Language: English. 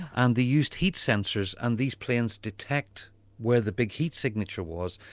and they used heat sensors and these planes detect where the big heat signature was.